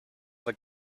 the